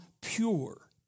pure